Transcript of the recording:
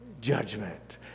judgment